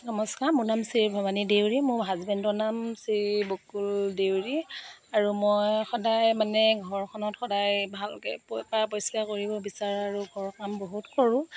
নমস্কাৰ মোৰ নাম শ্ৰী ভৱানী দেউৰী মোৰ হাজবেন্দৰ নাম শ্ৰী বকুল দেউৰী আৰু মই সদায় মানে ঘৰখনত সদায় ভালকৈ পা পৰিষ্কাৰ কৰিব বিচাৰোঁ ঘৰৰ কাম বহুত কৰোঁ